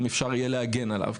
אם אפשר יהיה להגן עליו.